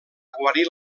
guarir